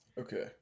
okay